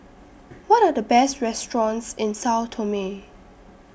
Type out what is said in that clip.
What Are The Best restaurants in Sao Tome